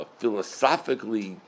philosophically